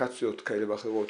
אפליקציות כאלה ואחרות.